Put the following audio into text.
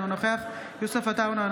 אינו נוכח יוסף עטאונה,